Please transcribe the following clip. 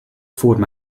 forward